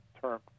term